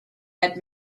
had